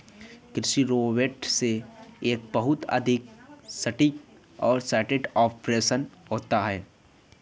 कृषि रोबोट से एक बहुत अधिक सटीक और स्मार्ट ऑपरेशन होता है